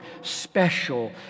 special